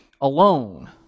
alone